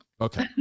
okay